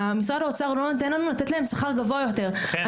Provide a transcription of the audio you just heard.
משרד האוצר לא נותן לנו לתת להם שכר גבוה יותר,